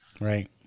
Right